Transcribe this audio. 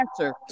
answer